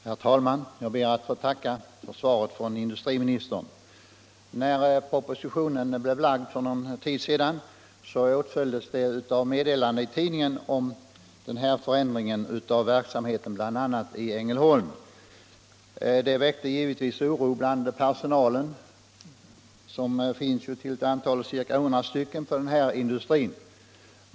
Herr talman! Jag ber att få tacka för svaret från industriministern. När propositionen lades fram för någon tid sedan åtföljdes den av ett meddelande i tidningen om bl.a. förändringen av verksamheten i Ängelholm. Det väckte givetvis oro bland personalen på den här industrin, som uppgår till ca 100 personer.